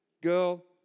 girl